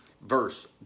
verse